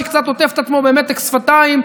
שקצת עוטף את עצמו במתק שפתיים,